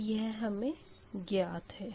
तो यह हमें ज्ञात है